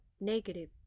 negative